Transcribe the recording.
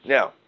Now